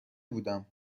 بودم